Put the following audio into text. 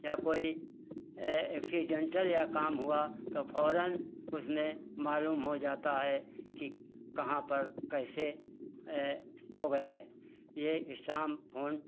या कोई एक्सीडेंटल या काम हुआ तो फ़ौरन उसमें मालूम हो जाता है कि कहाँ पर कैसे हो गया है ये स्टाम्प फोन